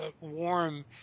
warm